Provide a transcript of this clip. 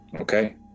Okay